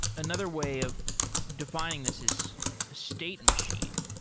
another way of defining this is state machine.